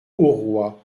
auroi